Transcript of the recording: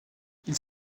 ils